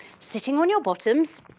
sitting on your bottoms,